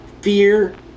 fear